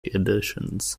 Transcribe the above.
editions